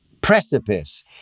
precipice